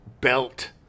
belt